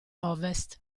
ovest